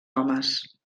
homes